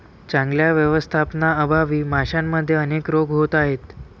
चांगल्या व्यवस्थापनाअभावी माशांमध्ये अनेक रोग होत आहेत